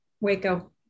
Waco